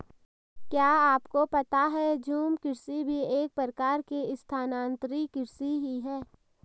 क्या आपको पता है झूम कृषि भी एक प्रकार की स्थानान्तरी कृषि ही है?